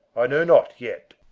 i know not yet.